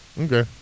Okay